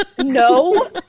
No